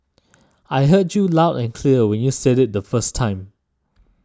I heard you loud and clear when you said it the first time